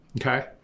okay